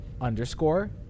underscore